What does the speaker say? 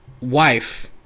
wife